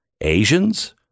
Asians